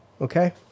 okay